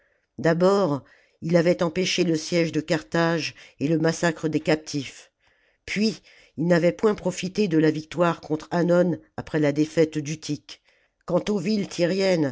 d'abord il avait empêché le siège de carthage et le massacre des captifs puis il n'avait point profité de la victoire contre hannon après la défaite d'utique quant aux villes tjriennes